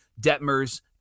Detmers